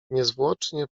niezwłocznie